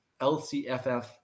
LCFF